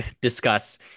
discuss